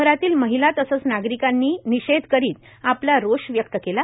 शहरातील महिला तसेच नागरिकांनि निषेध करीत आपला रोष व्यक्त केला